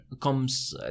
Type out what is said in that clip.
comes